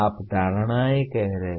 आप धारणाएं कह रहे हैं